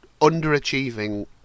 underachieving